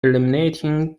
eliminating